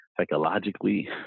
psychologically